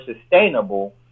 sustainable